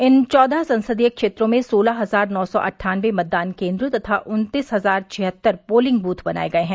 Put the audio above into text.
इन चौदह संसदीय क्षेत्रों में सोलह हज़ार नौ सौ अट्ठानवे मतदान केन्द्र तथा उत्तीस हज़ार छिहत्तर पोलिंग बूथ बनाये गये है